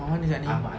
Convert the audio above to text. ahmad mana sia ni